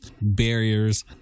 barriers